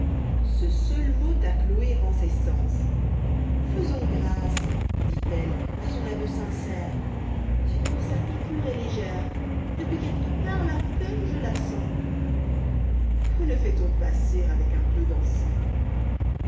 ce seul mot à chloé rend ses sens faisons grâce dit-elle à son aveu sincère d'ailleurs sa piqûre est légère depuis qu'elle te parlé à peine je la sens que ne fait-on passer avec un peu d'encens